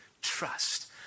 trust